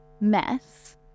mess